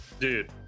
dude